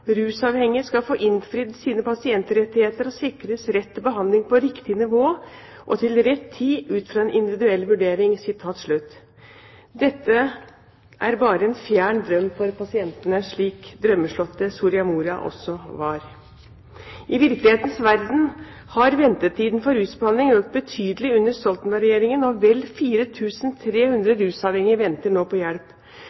«rusavhengige skal få innfridd sine pasientrettigheter og sikres rett til behandling på riktig nivå og til rett tid ut fra en individuell vurdering». Dette er bare en fjern drøm for pasientene, slik drømmeslottet Soria Moria også var. I virkelighetens verden har ventetiden for rusbehandling økt betydelig under Stoltenberg-regjeringen, og